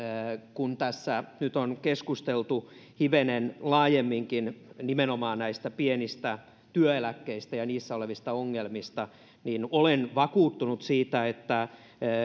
kun tässä nyt on keskusteltu hivenen laajemminkin nimenomaan näistä pienistä työeläkkeistä ja niissä olevista ongelmista niin olen vakuuttunut siitä että